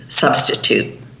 substitute